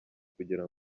kugira